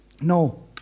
No